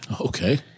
Okay